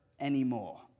anymore